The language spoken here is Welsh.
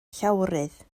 llawrydd